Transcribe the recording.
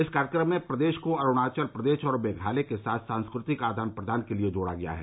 इस कार्यक्रम में प्रदेश को अरुणाचल प्रदेश और मेघालय के साथ सांस्कृतिक आदान प्रदान के लिए जोड़ा गया है